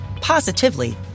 positively